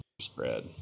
spread